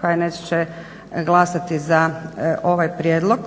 HNS će glasati za ovaj prijedlog.